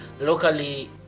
locally